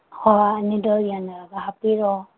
ꯍꯣꯏ ꯑꯅꯤꯗꯨ ꯌꯥꯅꯔꯒ ꯍꯥꯞꯄꯤꯔꯣ